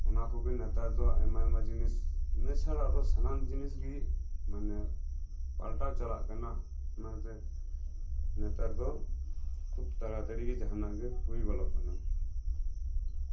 ᱚᱱᱟ ᱠᱚᱜᱮ ᱱᱮᱛᱟᱨ ᱫᱚ ᱟᱭᱢᱟ ᱡᱤᱱᱤᱥ ᱤᱱᱟᱹ ᱪᱷᱟᱲᱟ ᱥᱟᱱᱟᱢ ᱡᱤᱱᱤᱥ ᱜᱮ ᱢᱟᱱᱮ ᱯᱟᱞᱴᱟᱣ ᱪᱟᱞᱟᱜ ᱠᱟᱱᱟ ᱡᱮ ᱱᱮᱛᱟᱨ ᱫᱚ ᱠᱷᱩᱵ ᱛᱟᱲᱟ ᱛᱟᱲᱤ ᱱᱮᱛᱟᱨ ᱫᱚ ᱡᱟᱸᱦᱟᱱᱟᱜ ᱜᱮ ᱦᱩᱭᱩᱜ ᱠᱟᱱᱟ